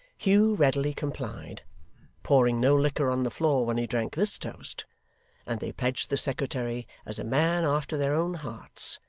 hugh readily complied pouring no liquor on the floor when he drank this toast and they pledged the secretary as a man after their own hearts,